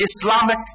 Islamic